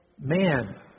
man